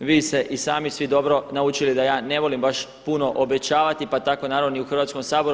Vi ste i sami svi dobro naučili da ja ne volim baš puno obećavati, pa tako ni u Hrvatskom saboru.